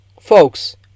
folks